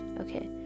okay